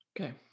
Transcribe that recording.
Okay